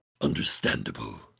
Understandable